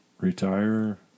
Retire